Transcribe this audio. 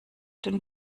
den